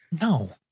No